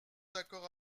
d’accord